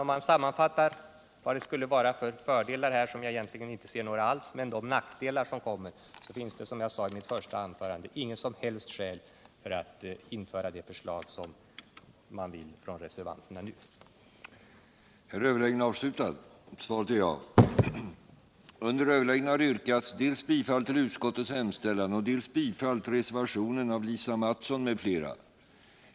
Om jag sammanfattar reservationens fördelar, som jag egentligen inte ser några alls, och dess nackdelar som är många så finner jag inga som helst skäl för att införa den ordning som reservanterna föreslår.